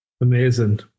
Amazing